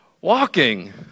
Walking